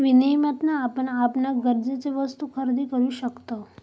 विनियमातना आपण आपणाक गरजेचे वस्तु खरेदी करु शकतव